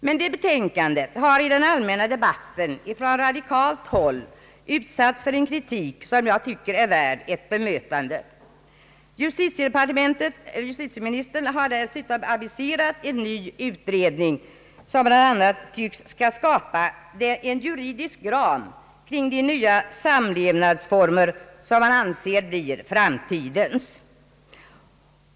Men detta betänkande har i den allmänna debatten från radikalt håll utsatts för en kritik, som jag tycker är värd ett bemötande. Justitieministern har dessutom aviserat en ny utredning, som bl.a. lär skola skapa en juridisk ram kring de nya samlevnadsformer som man anser blir framtidens.